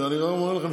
ואני גם אומר לכם,